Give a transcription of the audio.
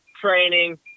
training